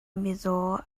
mizaw